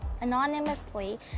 anonymously